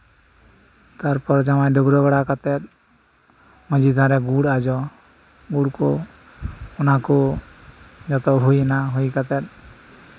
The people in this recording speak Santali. ᱛᱟᱨᱯᱚᱨ ᱡᱟᱶᱟᱭ ᱰᱟᱹᱵᱽᱨᱟᱹ ᱵᱟᱲᱟ ᱠᱟᱛᱮᱫ ᱢᱟᱺᱡᱷᱤ ᱛᱷᱟᱱᱨᱮ ᱜᱩᱲ ᱟᱡᱚ ᱜᱩᱲ ᱠᱚ ᱚᱱᱟ ᱠᱚ ᱡᱚᱛᱚ ᱦᱩᱭ ᱮᱱᱟ ᱦᱩᱭ ᱠᱟᱛᱮᱫ